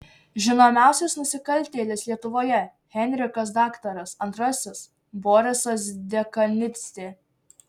žinomiausias nusikaltėlis lietuvoje henrikas daktaras antrasis borisas dekanidzė